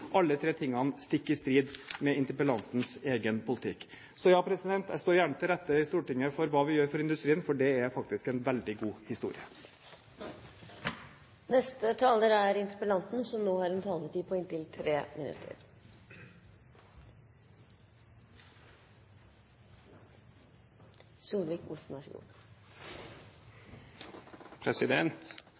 alle tre stikk i strid med interpellantens egen politikk. Så jeg står gjerne til rette i Stortinget for hva vi gjør for industrien, for det er faktisk en veldig god historie. Jeg er egentlig veldig skuffet over svaret, for dette var en samling «rauaraddel», som vi ville sagt på